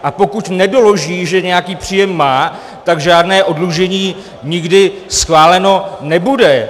A pokud nedoloží, že nějaký příjem má, tak žádné oddlužení nikdy schváleno nebude.